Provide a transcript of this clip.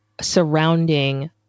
surrounding